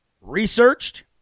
researched